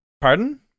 Pardon